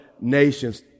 Nations